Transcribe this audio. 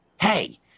Hey